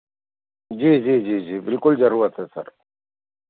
जी जी जी जी बिल्कुल ज़रूरत है सर